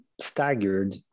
staggered